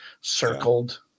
circled